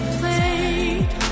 played